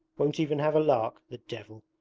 won't even have a lark the devil!